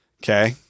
Okay